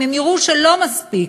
אם הם יראו שלא מספיק.